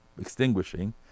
extinguishing